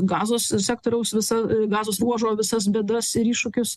gazos sektoriaus visa gazos ruožo visas bėdas ir iššūkius